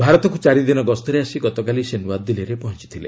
ଭାରତକୁ ଚାରିଦିନ ଗସ୍ତରେ ଆସି ଗତକାଲି ସେ ନୂଆଦିଲ୍ଲୀରେ ପହଞ୍ଚଥିଲେ